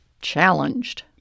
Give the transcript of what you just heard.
Challenged